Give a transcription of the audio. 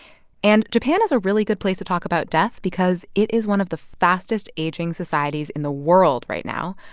and japan is a really good place to talk about death because it is one of the fastest-aging societies in the world right now.